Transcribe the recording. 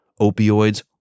opioids